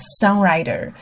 songwriter